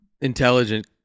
intelligent